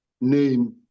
name